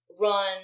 run